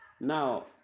Now